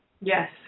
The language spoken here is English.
Yes